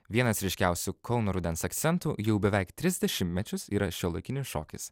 vienas ryškiausių kauno rudens akcentų jau beveik tris dešimtmečius yra šiuolaikinis šokis